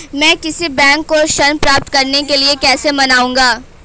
मैं किसी बैंक को ऋण प्राप्त करने के लिए कैसे मनाऊं?